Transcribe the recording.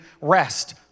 rest